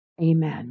Amen